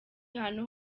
hantu